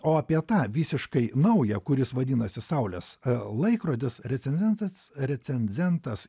o apie tą visiškai naują kuris vadinasi saulės laikrodis recenzentas recenzentas